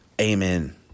Amen